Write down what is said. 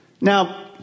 Now